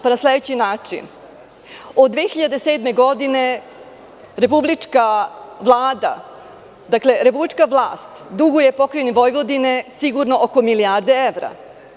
Na sledeći način – od 2007. godine Republička vlada, dakle republička vlast duguje Pokrajini Vojvodine sigurno oko milijarde evra.